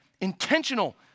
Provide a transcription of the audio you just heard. intentional